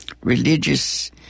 religious